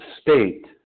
state